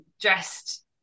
dressed